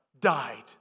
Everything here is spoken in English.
died